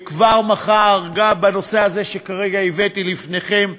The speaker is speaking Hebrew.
כבר מחר, גם בנושא הזה שכרגע הבאתי לפניכם,